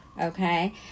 okay